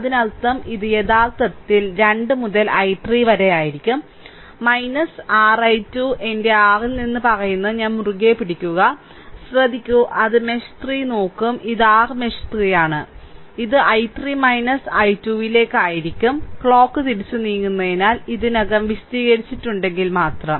അതിനാൽ ഇത് യഥാർത്ഥത്തിൽ 2 മുതൽ I3 വരെ ആയിരിക്കും r I2 എന്റെ r ൽ നിന്ന് പറയുന്നത് ഞാൻ മുറുകെ പിടിക്കുക ശ്രദ്ധിക്കൂ അത് മെഷ് 3 നോക്കും ഇത് r മെഷ് 3 ആണ് ഇത് I3 I2 ലേക്ക് 2 ആയിരിക്കും ക്ലോക്ക് തിരിച്ച് നീങ്ങുന്നതിനാൽ ഇതിനകം വിശദീകരിച്ചിട്ടുണ്ടെങ്കിൽ മാത്രം